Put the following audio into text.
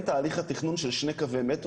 ביחס --- מתוך המכלול של שטחי --- אני